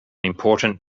important